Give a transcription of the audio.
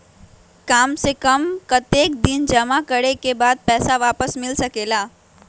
काम से कम कतेक दिन जमा करें के बाद पैसा वापस मिल सकेला?